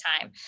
time